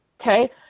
Okay